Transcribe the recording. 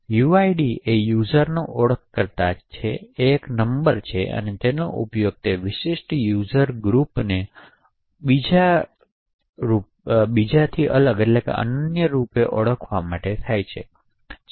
uid એ user ઓળખકર્તા છે તે એક નંબર છે અને તેનો ઉપયોગ તે વિશિષ્ટ યુઝર ગ્રુપને અનન્ય રૂપે ઓળખવા માટે થાય છે